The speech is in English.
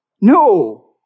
No